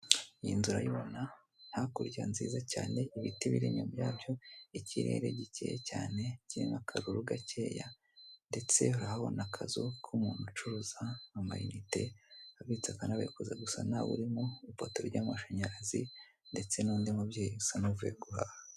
Iyi nzu urayibona hakurya nziza cyane ibiti biri inyuma byabyo, ikirere gike cyane kirimo akaruru gakeya ndetse urabona akazu k'umuntu ucuruza amayinite ubitsa akanabikuza gusa ntawe urimo, ipoto ry'amashanyarazi ndetse n'undi mubyeyi usa n'uvuye guhaha.